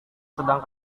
sedang